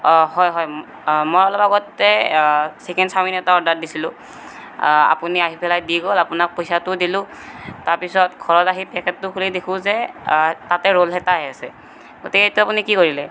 হয় হয় মই অলপ আগতে চিকেন চাওমিন এটা অৰ্ডাৰ দিছিলোঁ আপুনি আহি পেলাই দি গ'ল আপোনাক পইচাটো দিলোঁ তাৰ পিছত ঘৰত আহি পেকেটটো খুলি দেখোঁ যে তাতে ৰোল এটাহে আছে গতিকে এইটো আপুনি কি কৰিলে